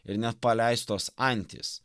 ir net paleistos antys